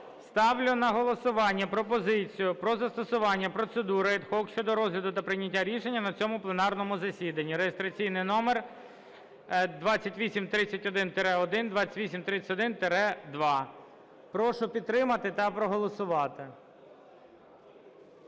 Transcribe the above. Ставлю на голосування пропозицію про застосування процедури ad hoc щодо розгляду та прийняття рішення на цьому пленарному засіданні (реєстраційний номер 2831-1, 2831-2). Прошу підтримати та проголосувати.